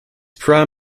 prime